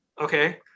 Okay